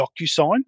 DocuSign